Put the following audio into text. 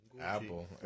Apple